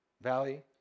valley